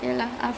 ya